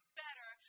better